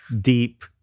deep